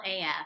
AF